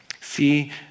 See